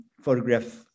photograph